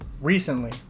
recently